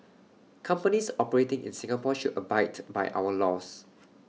companies operating in Singapore should abide by our laws